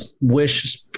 wish